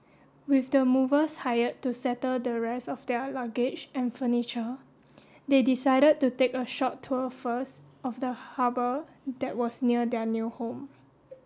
with the movers hired to settle the rest of their luggage and furniture they decided to take a short tour first of the harbour that was near their new home